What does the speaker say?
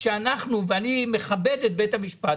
אני מכבד את בית המשפט,